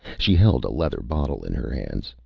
she held a leather bottle in her hands.